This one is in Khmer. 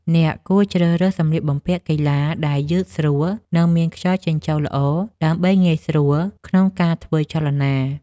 អ្នកគួរជ្រើសរើសសម្លៀកបំពាក់កីឡាដែលយឺតស្រួល និងមានខ្យល់ចេញចូលល្អ ដើម្បីងាយស្រួលក្នុងការធ្វើចលនា។